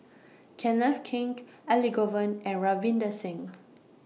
Kenneth Keng Elangovan and Ravinder Singh